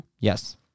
Yes